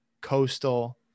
coastal